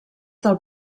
del